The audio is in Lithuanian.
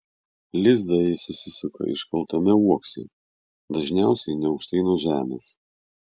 lizdą ji susisuka iškaltame uokse dažniausiai neaukštai nuo žemės